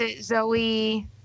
Zoe